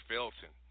Felton